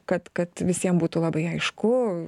kad kad visiem būtų labai aišku